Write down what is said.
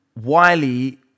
Wiley